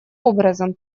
образом